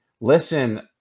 Listen